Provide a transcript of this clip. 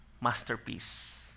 masterpiece